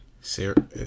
Sarah